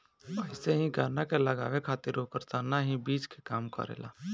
अइसे ही गन्ना के लगावे खातिर ओकर तना ही बीज के काम करेला